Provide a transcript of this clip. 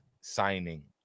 signing